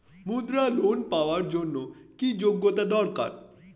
মুদ্রা লোন পাওয়ার জন্য কি যোগ্যতা দরকার?